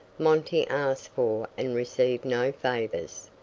monty asked for and received no favors.